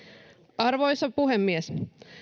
arvoisa puhemies